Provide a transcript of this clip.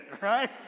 right